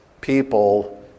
people